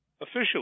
officially